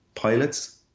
pilots